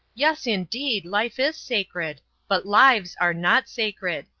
yes, indeed! life is sacred but lives are not sacred.